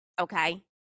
Okay